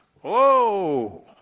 whoa